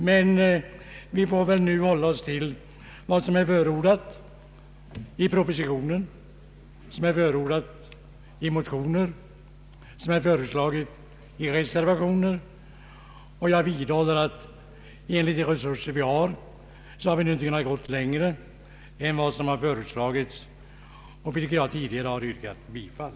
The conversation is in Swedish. Men vi bör nu hålla oss till vad som är föreslaget i propositionen, i motionen och i reservationen. Jag vidhåller uppfattningen att med de resurser vi har kan vi inte gå längre än vad som föreslagits, till vilket jag tidigare har yrkat bifall.